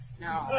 No